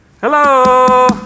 Hello